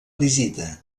visita